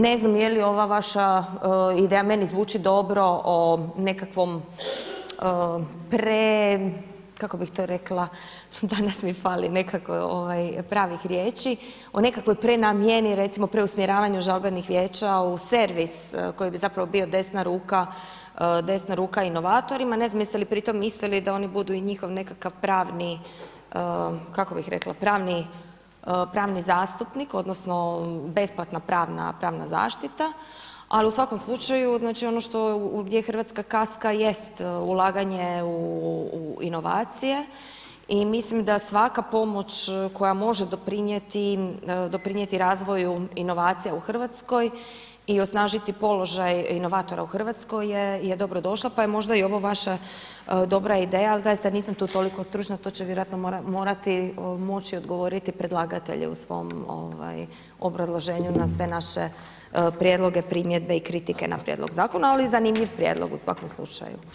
Ne znam je li ova vaša ideja meni zvuči dobro, o nekakvoj, kako bi to rekla, danas mi fali nekako pravih riječi, o nekakvoj prenamjeni, recimo preusmjeravanju žalbenih vijeća u servis koji bi zapravo bio desna ruka inovatorima, ne znam jeste li pritom mislili da oni budu i njihov nekakav pravni zastupnik odnosno besplatna pravna zaštita ali u svakom slučaju, ono gdje Hrvatska kaska jest ulaganje u inovacije i mislim da svaka pomoć koja može doprinijeti razviju inovacija u Hrvatskoj i osnažiti položaj inovatora u Hrvatskoj je dobrodošla pa je možda i ovo vaša dobra ideja, zaista nisam tu toliko stručna, tu će vjerojatno morati moći odgovoriti predlagatelj u svom obrazloženju na sve naše prijedloge, primjedbe i kritike na prijedlog zakona, ali zanimljiv prijedlog u svakom slučaju.